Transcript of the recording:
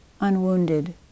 unwounded